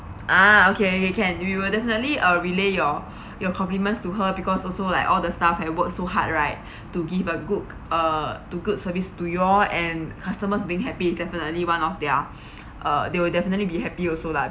ah okay can we will definitely uh relay your your compliments to her because also like all the staff had worked so hard right to give a good uh to good service to you all and customers being happy is definitely one of their uh they will definitely be happy also lah